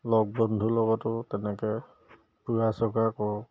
লগ বন্ধুৰ লগতো তেনেকৈ ফুৰা চকা কৰোঁ